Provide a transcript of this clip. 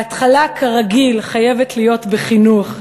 ההתחלה, כרגיל, חייבת להיות בחינוך,